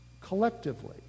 Collectively